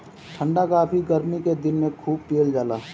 ठंडा काफी गरमी के दिन में खूब पियल जाला